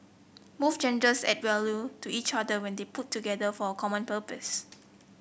both genders add value to each other when they put together for a common purpose